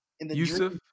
Yusuf